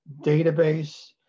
database